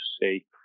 say